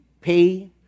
pay